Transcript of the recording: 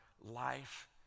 life